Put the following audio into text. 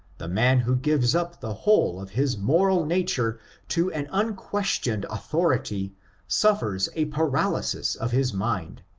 the man who gives up the whole of his moral nature to an unquestioned authority suffers a paralysis of his mind,